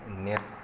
net